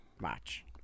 match